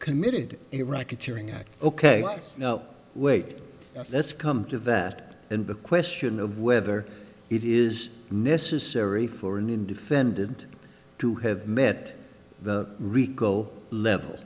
committed iraqi tearing act ok now wait let's come to that and the question of whether it is necessary for and in defended to have met the rico